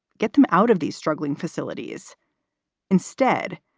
get them out of these struggling facilities instead.